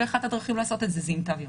ואחת הדרכים לעשות את זה היא גם תו ירוק.